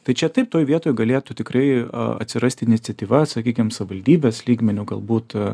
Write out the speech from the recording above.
tai čia taip toj vietoj galėtų tikrai atsirasti iniciatyva sakykim savivaldybės lygmeniu galbūt